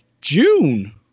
june